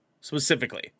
specifically